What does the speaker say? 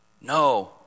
No